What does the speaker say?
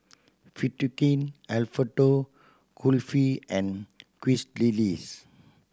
king Alfredo Kulfi and Quesadillas